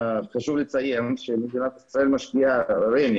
חשוב לציין שמדינת ישראל משקיעה רשות מקרקעי ישראל,